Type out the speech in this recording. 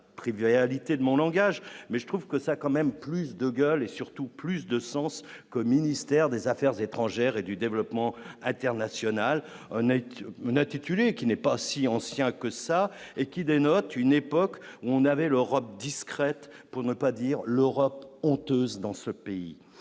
la tribu réalité de mon langage mais je trouve que ça quand même plus de gueule et surtout plus de sens que ministère des Affaires étrangères et du développement international n'est qu'une attitude qui n'est pas si ancien que ça et qui dénote une époque où on avait l'Europe discrète pour ne pas dire l'Europe honteuse dans ce pays,